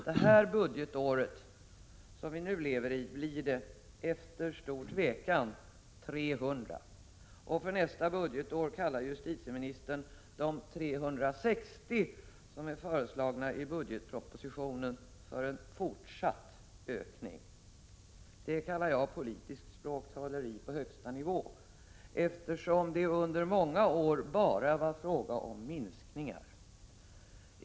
Det budgetår som vi nu lever i blir det — efter stor tvekan — 300, och de 360 som i budgetpropositionen är föreslagna för nästa budgetår kallar justitieministern för en fortsatt ökning. Det kallar jag politiskt språktrolleri på högsta nivå, eftersom det under många år bara varit fråga om minskningar.